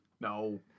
No